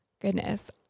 goodness